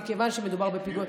מכיוון שמדובר בפיגוע,